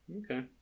Okay